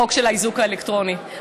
החוק של האיזוק האלקטרוני,